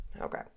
Okay